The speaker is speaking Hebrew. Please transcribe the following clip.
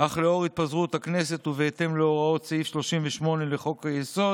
אך לאור התפזרות הכנסת ובהתאם להוראות סעיף 38 לחוק-היסוד,